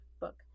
book